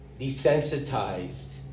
Desensitized